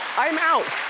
i am out.